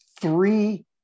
three